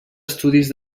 estudis